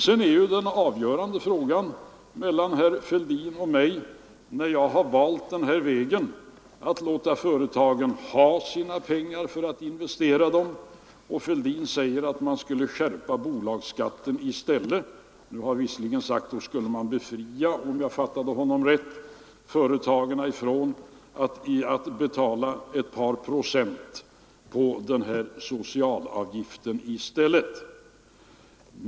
Sedan är ju den avgörande frågan mellan herr Fälldin och mig att jag har valt vägen att låta företagen ha sina pengar för att investera dem, medan herr Fälldin anser att man i stället skulle skärpa bolagsskatten. Nu har herr Fälldin visserligen sagt att man då skulle befria - om jag fattade honom rätt — företagen från att betala ett par procent på denna socialavgift.